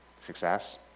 success